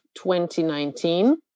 2019